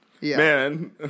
Man